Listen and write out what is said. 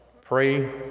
pray